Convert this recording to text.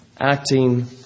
acting